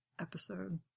episode